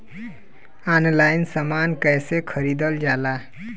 Online समान कैसे खरीदल जाला?